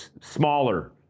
smaller